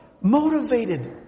motivated